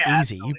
easy